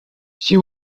she